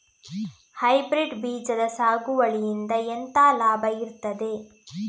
Hybrid ಬೀಜದ ಸಾಗುವಳಿಯಿಂದ ಎಂತ ಲಾಭ ಇರ್ತದೆ?